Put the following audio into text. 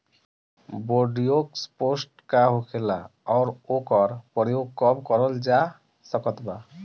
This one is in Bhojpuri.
बोरडिओक्स पेस्ट का होखेला और ओकर प्रयोग कब करल जा सकत बा?